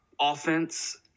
offense